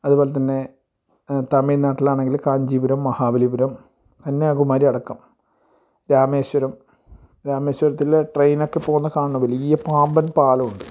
അതുപോലെ തന്നെ തമിഴ്നാട്ടിലാണെങ്കിൽ കാഞ്ചീപുരം മഹാബെലിപുരം കന്യാകുമാരി അടക്കം രാമേശ്വരം രാമേശ്വരത്തിലെ ട്രെയിനക്കെ പോകുന്ന കാണണം വലിയ പാമ്പൻ പാലമുണ്ട്